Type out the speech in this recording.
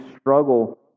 struggle